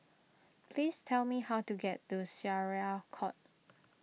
please tell me how to get to Syariah Court